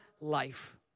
life